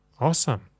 Awesome